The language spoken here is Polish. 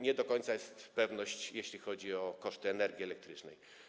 Nie do końca mamy pewność, jeśli chodzi o koszty energii elektrycznej.